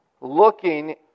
looking